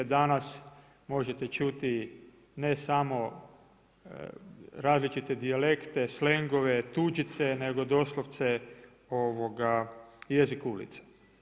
Danas možete čuti ne samo različite dijalekte, slengove, tuđice nego doslovce jezik ulice.